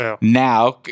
now